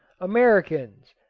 americans,